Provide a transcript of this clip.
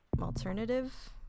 alternative